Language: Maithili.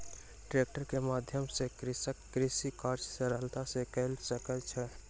ट्रेक्टर के माध्यम सॅ कृषक कृषि कार्य सरलता सॅ कय सकै छै